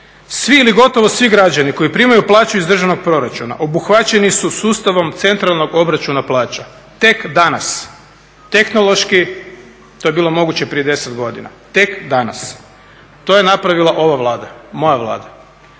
Svi ili gotovo svi građani koji primaju plaću iz državnog proračuna obuhvaćeni su sustavom centralnog obračuna plaća, tek danas. Tehnološki to je bilo moguće prije 10 godina. tek danas. To je napravila ova Vlada, moja Vlada.